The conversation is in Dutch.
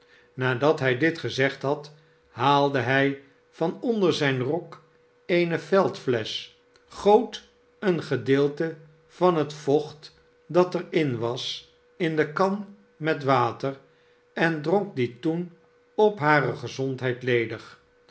nadat hij dit gezegd had haalde hij van onder zijn rokeene veldflesch goot een gedeelte van het vocht dat er in was in de kan met water en dronk die toen op hare gezondheid ledig